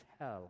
hell